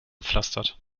gepflastert